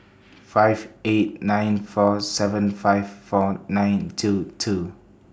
five eight nine four seven five four nine two two